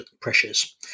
pressures